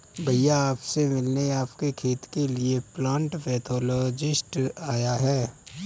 भैया आप से मिलने आपके खेत के लिए प्लांट पैथोलॉजिस्ट आया है